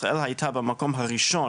ישראל הייתה במקום הראשון,